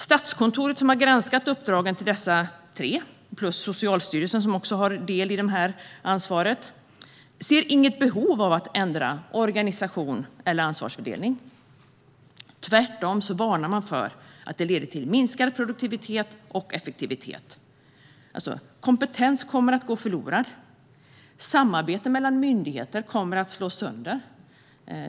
Statskontoret, som har granskat uppdraget till dessa tre, och också Socialstyrelsen, som har del i ansvaret, ser inget behov av att ändra organisation eller ansvarsfördelning. Tvärtom varnar man för att det leder till minskad produktivitet och effektivitet. Kompetens kommer att gå förlorad. Samarbete mellan myndigheter kommer att slås sönder.